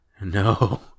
No